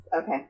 okay